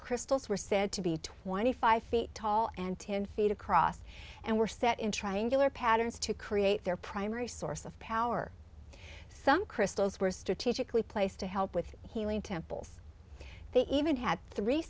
crystals were said to be twenty five feet tall and ten feet across and were set in triangular patterns to create their primary source of power some crystals were strategically placed to help with healing temples they even had three